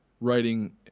writing